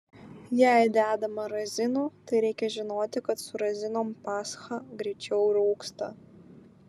jei dedama razinų tai reikia žinoti kad su razinom pascha greičiau rūgsta